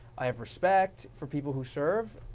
i have respect for people who serve.